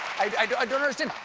i don't understand!